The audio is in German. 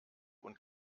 und